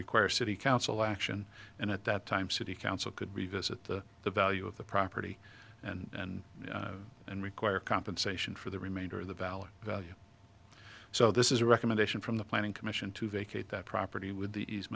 require city council action and at that time city council could revisit the the value of the property and and require compensation for the remainder of the valid value so this is a recommendation from the planning commission to vacate that property with the